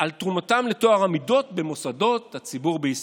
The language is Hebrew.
על תרומתם לטוהר המידות במוסדות הציבור בישראל.